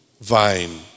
vine